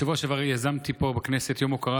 בשבוע שעבר יזמתי פה בכנסת יום הוקרה